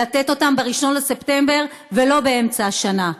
לתת אותן ב-1 בספטמבר ולא באמצע השנה.